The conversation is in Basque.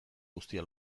guztia